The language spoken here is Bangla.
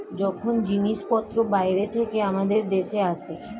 যখন জিনিসপত্র বাইরে থেকে আমাদের দেশে আসে